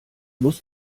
muss